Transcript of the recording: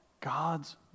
God's